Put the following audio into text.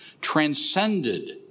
transcended